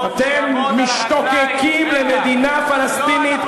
משתוקקים למדינה פלסטינית,